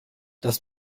das